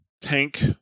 tank